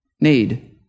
need